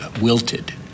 wilted